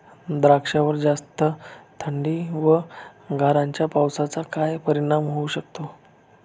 द्राक्षावर जास्त थंडी व गारांच्या पावसाचा काय परिणाम होऊ शकतो?